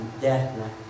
death